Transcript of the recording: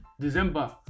december